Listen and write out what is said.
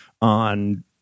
on